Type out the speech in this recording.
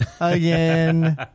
Again